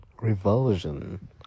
Revulsion